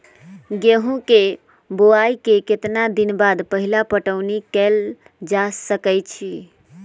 गेंहू के बोआई के केतना दिन बाद पहिला पटौनी कैल जा सकैछि?